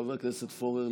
חבר הכנסת פורר,